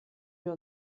wir